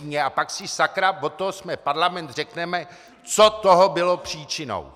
A pak si sakra, od toho jsme parlament, řekneme, co toho bylo příčinou.